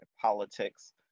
politics